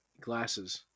glasses